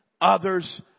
others